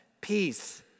peace